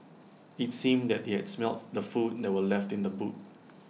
IT seemed that they had smelt the food that were left in the boot